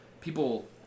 people